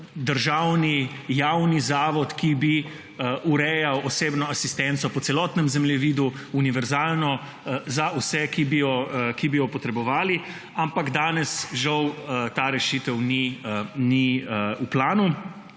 državni javni zavod, ki bi urejal osebno asistenco po celotnem zemljevidu, univerzalno, za vse, ki bi jo potrebovali. Ampak danes žal ta rešitev ni v planu.